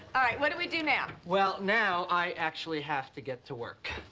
what do we do now? well, now i actually have to get to work.